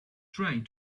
trying